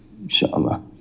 Inshallah